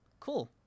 cool